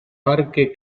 parque